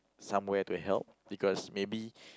somewhere to help because maybe